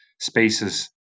spaces